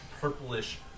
purplish